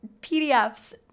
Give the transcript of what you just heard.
PDFs